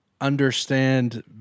understand